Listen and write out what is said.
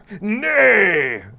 Nay